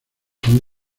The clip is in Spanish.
son